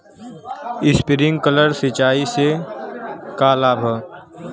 Sprinkler सिंचाई से का का लाभ ह?